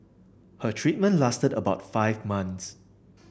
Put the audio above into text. her treatment lasted about five months